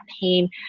pain